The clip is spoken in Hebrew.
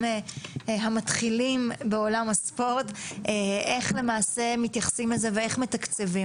המתחילים בעולם הספורט איך למעשה מתייחסים לזה ואיך מתקצבים.